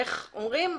איך אומרים?